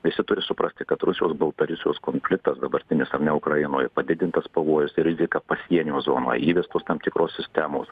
visi turi suprasti kad rusijos baltarusijos konfliktas dabartinis tame ukrainoje padidintas pavojus rizika pasienio zonoje įvestos tam tikros sistemos